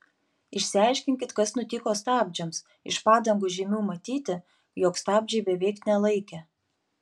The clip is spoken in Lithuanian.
išsiaiškinkit kas nutiko stabdžiams iš padangų žymių matyti jog stabdžiai beveik nelaikė